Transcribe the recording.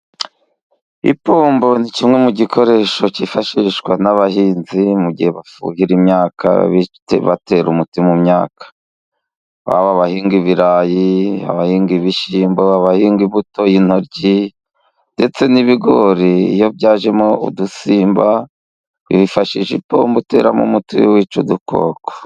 Ipombo ni kimwe mu gikoresho cyifashishwa n'abahinzi mu gihe bafuhira imyaka, batera umuti mu myaka, baba abahinga ibirayi, abahinga ibishyimbo, baba abahinga imbuto, intoryi ndetse n'ibigori, iyo byajemo udusimba wifashishisha, ipombo uteramo umuti wica udukoko.